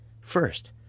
First